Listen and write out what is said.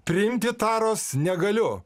priimti taros negaliu